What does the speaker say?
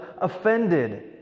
offended